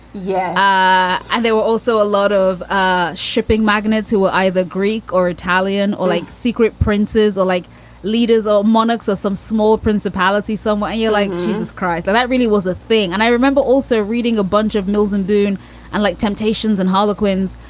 yeah. and they were also a lot of ah shipping magnates who were either greek or italian or like secret princes or like leaders or monarchs or some small principality somewhere yeah like jesus christ. and that really was a thing. and i remember also reading a bunch of mills and boon and like temptation's and harlequin's,